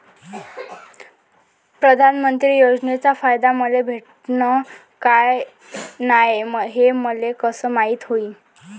प्रधानमंत्री योजनेचा फायदा मले भेटनं का नाय, हे मले कस मायती होईन?